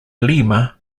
lima